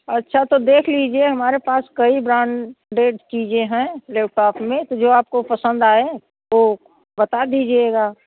अच्छा तो देख लीजिए हमारे पास कई ब्रांडेड चीज़ें हैं लैपटॉप में तो जो आपको पसंद आए वह बता दीजिएगा